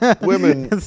women